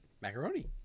macaroni